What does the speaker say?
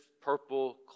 purple